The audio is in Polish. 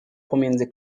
pomiędzy